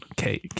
Okay